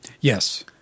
Yes